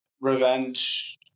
Revenge